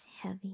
heavy